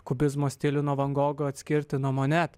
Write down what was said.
kubizmo stilių nuo van gogo atskirti nuo monet